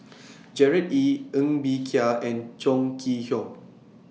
Gerard Ee Ng Bee Kia and Chong Kee Hiong